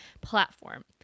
platform